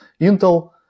Intel